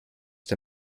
der